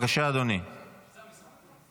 את מעוניינת לדבר?